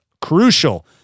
crucial